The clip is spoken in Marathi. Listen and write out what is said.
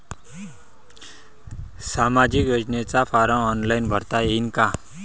सामाजिक योजनेचा फारम ऑनलाईन भरता येईन का?